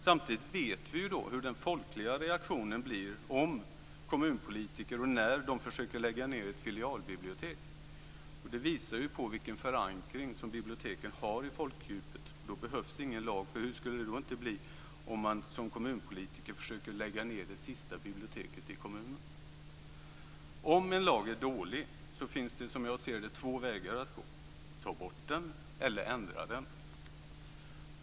Samtidigt vet vi hur den folkliga reaktionen blir om och när kommunpolitiker försöker lägga ned ett filialbibliotek, och det visar vilken förankring som biblioteken har i folkdjupet. Då behövs ingen lag, för hur skulle det inte bli om man som kommunpolitiker försöker lägga ned det sista biblioteket i kommunen? Om en lag är dålig finns det som jag ser det två vägar att gå: ta bort den eller ändra den.